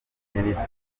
n’itumanaho